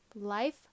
life